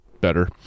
better